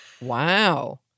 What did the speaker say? Wow